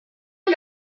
est